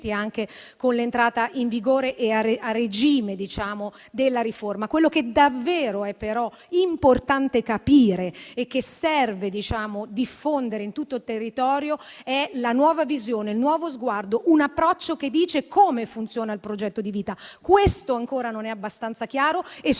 anche con l'entrata in vigore a regime della riforma. Quello che davvero è importante capire, però, e che bisogna diffondere in tutto il territorio è la nuova visione, il nuovo sguardo, un approccio che dice come funziona il progetto di vita. Questo ancora non è abbastanza chiaro e su